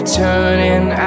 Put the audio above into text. turning